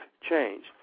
change